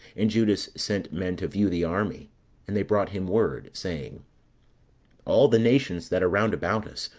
and judas sent men to view the army and they brought him word, saying all the nations, that are round about us,